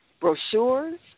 brochures